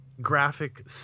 graphic